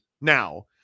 now